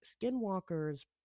skinwalkers